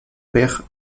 père